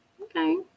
Okay